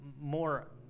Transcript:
more